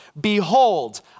Behold